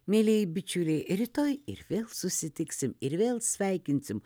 mielieji bičiuliai rytoj ir vėl susitiksim ir vėl sveikinsim